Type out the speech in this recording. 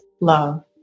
love